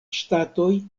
ŝtatoj